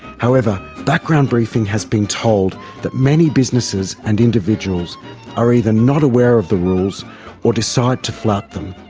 however, background briefing has been told that many businesses and individuals are either not aware of the rules or decide to flout them.